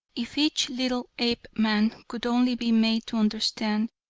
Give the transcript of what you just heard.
if each little apeman could only be made to understand,